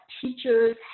teachers